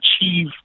achieve